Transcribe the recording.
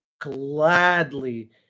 gladly